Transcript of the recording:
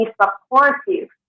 supportive